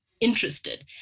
interested